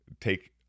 take